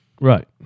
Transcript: Right